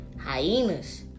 Hyenas